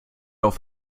auf